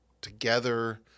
together